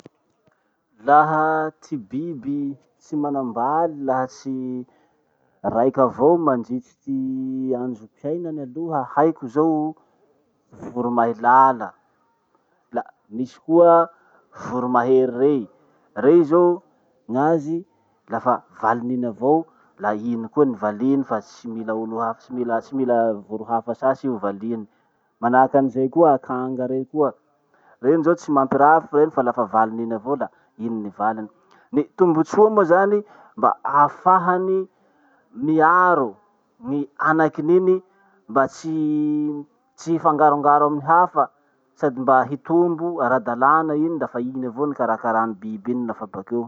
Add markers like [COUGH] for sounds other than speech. Laha ty biby tsy manambaly laha tsy raiky avao mandritry ty androm-piainany aloha, haiko zao voro mahilala, la misy koa voro mahery rey. Rey zao gn'azy, lafa valiny iny avao la iny koa ny valiny fa tsy mila olo hafa- tsy mila tsy mila voro hafa sasy i ho valiny. Manahaky anizay koa akanga rey koa. Reny zao tsy mampirafy reny fa lafa valiny iny avao la iny ny valiny. Ny tombotsoa moa zany mba ahafahany miaro ny anakin'iny mba tsy [HESITATION] tsy hifangarongaro amy hafa sady mba hitombo ara-dalàna iny da fa iny avao no karakarany biby iny nofa bakeo.